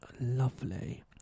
Lovely